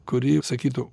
kuri sakytų